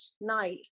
night